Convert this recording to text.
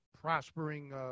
prospering